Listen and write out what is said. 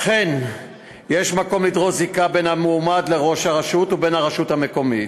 אכן יש מקום לדרוש זיקה בין המועמד לראש הרשות ובין הרשות המקומית.